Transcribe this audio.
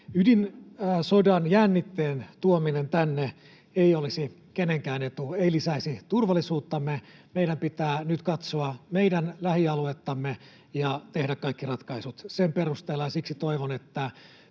Ydinsodan jännitteen tuominen tänne ei olisi kenenkään etu eikä lisäisi turvallisuuttamme. Meidän pitää nyt katsoa meidän lähialuettamme ja tehdä kaikki ratkaisut sen perusteella, ja siksi toivon, että